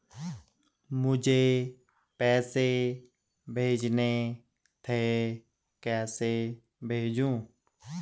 मुझे पैसे भेजने थे कैसे भेजूँ?